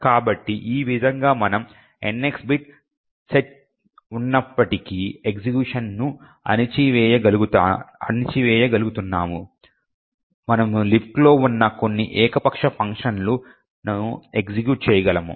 కాబట్టి ఈ విధంగా మనము NX బిట్ సెట్ ఉన్నప్పటికీ ఎగ్జిక్యూషన్ ను అణచివేయగలుగుతున్నాము మనము లిబ్క్లో ఉన్న కొన్ని ఏకపక్ష ఫంక్షన్లను ఎగ్జిక్యూట్ చేయగలము